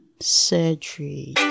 Surgery